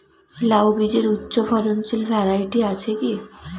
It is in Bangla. লাউ বীজের উচ্চ ফলনশীল ভ্যারাইটি আছে কী?